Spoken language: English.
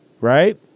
Right